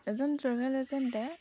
এজন travel agent